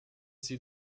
sie